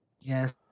Yes